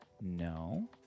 no